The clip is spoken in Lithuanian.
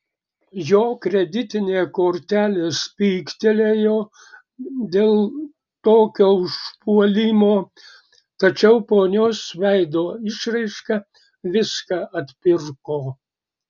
jo kreditinė kortelė spygtelėjo dėl tokio užpuolimo tačiau ponios veido išraiška viską atpirko